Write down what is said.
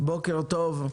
בוקר טוב,